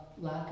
lack